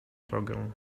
drogę